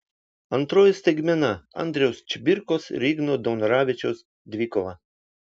antroji staigmena andriaus čibirkos ir igno daunoravičiaus dvikova